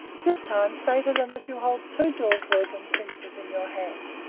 this time say to them that you hold two dawsbergen princes in your hand.